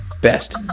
best